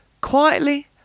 quietly